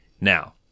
Now